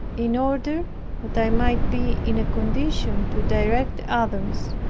in order that i might be in a condition to direct others,